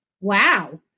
Wow